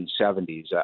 1970s